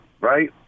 right